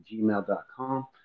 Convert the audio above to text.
gmail.com